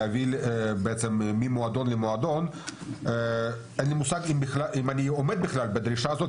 להעביר ממועדון למועדון - אין לי מושג אם אני עומד בכלל בדרישה הזאת,